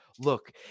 Look